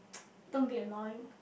don't be annoying